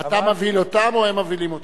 אתה מבהיל אותם או הם מבהילים אותך?